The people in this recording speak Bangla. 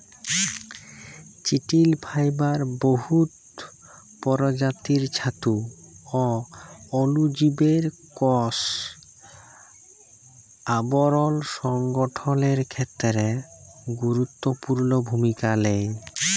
চিটিল ফাইবার বহুত পরজাতির ছাতু অ অলুজীবের কষ আবরল সংগঠলের খ্যেত্রে গুরুত্তপুর্ল ভূমিকা লেই